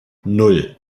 nan